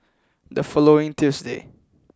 the following Tuesday